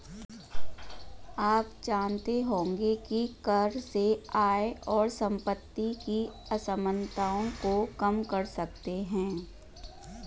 आप जानते होंगे की कर से आय और सम्पति की असमनताओं को कम कर सकते है?